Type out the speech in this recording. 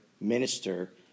minister